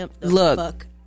Look